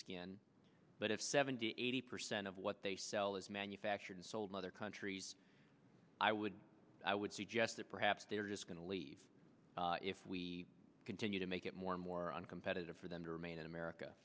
skin but if seventy eighty percent of what they sell is manufactured and sold in other countries i would i would suggest that perhaps they are just going to leave if we continue to make it more and more uncompetitive for them to remain in america